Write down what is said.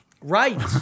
Right